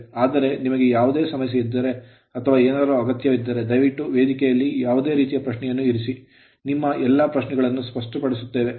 ಆದರೆ ನಿಮಗೆ ಯಾವುದೇ ಸಮಸ್ಯೆ ಇದ್ದರೆ ಅಥವಾ ಏನಾದರೂ ಅಗತ್ಯವಿದ್ದರೆ ದಯವಿಟ್ಟು ವೇದಿಕೆಯಲ್ಲಿ ಯಾವುದೇ ರೀತಿಯ ಪ್ರಶ್ನೆಯನ್ನು ಇರಿಸಿ ನಾವು ನಿಮ್ಮ ಎಲ್ಲಾ ಪ್ರಶ್ನೆಗಳನ್ನು ಸ್ಪಷ್ಟಪಡಿಸುತ್ತೇವೆ